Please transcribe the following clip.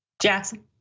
Jackson